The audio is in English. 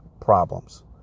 problems